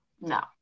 No